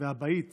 והאבהית